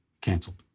canceled